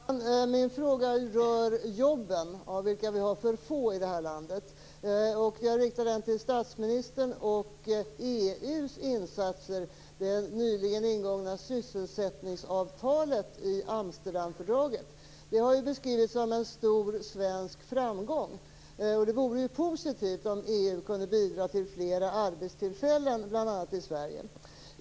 Fru talman! Min fråga rör jobben, av vilka vi har för få i det här landet. Jag riktar frågan till statsministern om EU:s insatser och det nyligen ingångna sysselsättningsavtalet i Amsterdamfördraget. Det har ju beskrivits som en stor svensk framgång. Det vore ju positivt om EU kunde bidra till flera arbetstillfällen, bl.a. i Sverige.